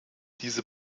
diese